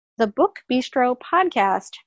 thebookbistropodcast